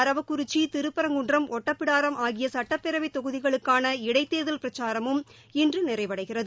அரவக்குறிக்சி திருப்பரங்குன்றம் ஒட்டப்பிடாரம் ஆகிய சட்டப்பேரவைத் தொகுதிகளுக்கான இடைத்தேர்தல் பிரச்சாரமும் இன்று நிறைவடைகிறது